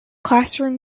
classroom